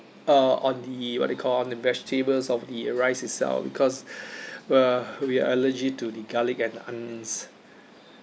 uh on the what they call on the vegetables of the rice itself because uh we allergy to the garlic and onions